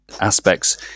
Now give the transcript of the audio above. Aspects